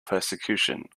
persecution